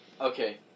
Okay